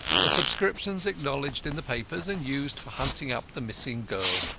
the subscriptions acknowledged in the papers and used for hunting up the missing girl.